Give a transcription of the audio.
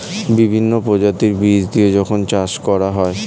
বিভিন্ন প্রজাতির বীজ দিয়ে যখন চাষ করা হয়